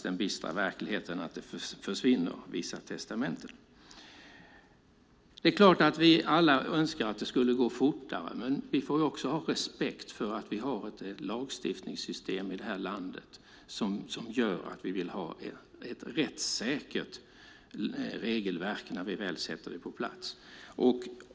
Den bistra verkligheten är att vissa testamenten försvinner. Det är klart att vi alla önskar att det skulle gå fortare. Men vi får också ha respekt för att vi har ett lagstiftningssystem i det här landet som gör att vi vill ha ett rättssäkert regelverk när vi väl sätter det på plats.